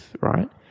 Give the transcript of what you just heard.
right